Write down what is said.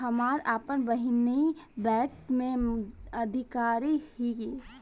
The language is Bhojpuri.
हमार आपन बहिनीई बैक में अधिकारी हिअ